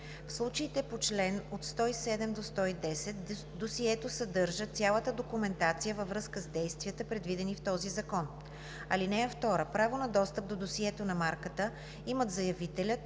В случаите по чл. 107 – 110 досието съдържа цялата документация във връзка с действията, предвидени в този закон. (2) Право на достъп до досието на марката имат заявителят,